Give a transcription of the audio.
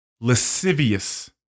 lascivious